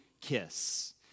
kiss